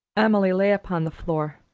emily lay upon the floor,